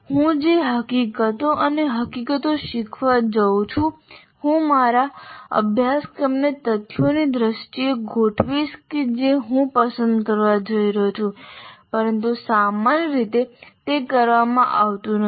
હું જે હકીકતો અને હકીકતો શીખવા જાઉં છું હું મારા અભ્યાસક્રમને તથ્યોની દ્રષ્ટિએ ગોઠવીશ જે હું પસંદ કરવા જઈ રહ્યો છું પરંતુ સામાન્ય રીતે તે કરવામાં આવતું નથી